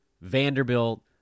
Vanderbilt